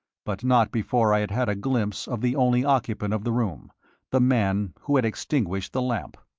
but not before i had had a glimpse of the only occupant of the room the man who had extinguished the lamp.